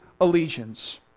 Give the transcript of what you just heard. allegiance